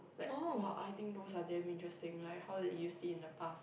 like !wah! I think those are damn interesting right how they use it in the past